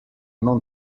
non